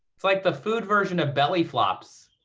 it's like the food version of belly flops.